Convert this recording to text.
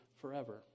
forever